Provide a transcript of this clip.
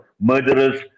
murderers